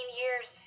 years